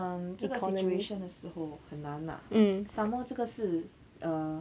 um 这个 situation 的时候很难 lah some more 这个是 uh